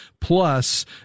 plus